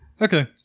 Okay